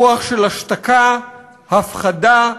רוח של השתקה, הפחדה,